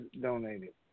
donated